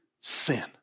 sin